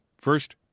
First